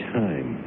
time